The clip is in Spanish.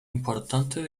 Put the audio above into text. importantes